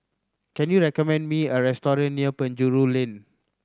can you recommend me a restaurant near Penjuru Lane